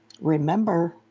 Remember